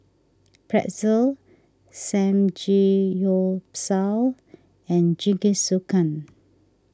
Pretzel Samgeyopsal and Jingisukan